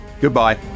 Goodbye